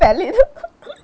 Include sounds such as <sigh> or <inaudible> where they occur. valid <laughs>